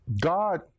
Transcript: God